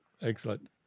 Excellent